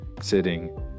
sitting